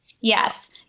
Yes